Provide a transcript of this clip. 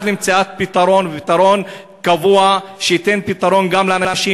למציאת פתרון קבוע שייתן פתרון לאנשים,